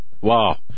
Wow